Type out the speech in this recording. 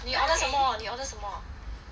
你 order 什么你 order 什么